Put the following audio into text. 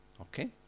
okay